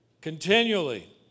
Continually